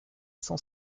cent